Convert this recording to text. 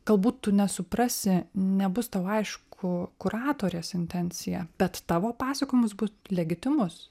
galbūt tu nesuprasi nebus tau aišku kuratorės intencija bet tavo pasakojimas bus legitimus